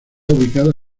ubicada